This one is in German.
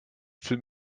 film